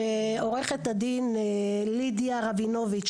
שעורכת הדין לידיה רבינוביץ',